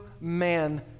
man